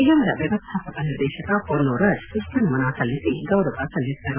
ನಿಗಮದ ವ್ಯವಸ್ಥಾಪಕ ನಿರ್ದೇಶಕ ಪೊನ್ನುರಾಜ್ ಪುಷ್ಪ ನಮನ ಸಲ್ಲಿಸಿ ಗೌರವ ಸಲ್ಲಿಸಿದರು